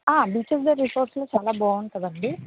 beach of the resorts చాలా బాగుంటుందండి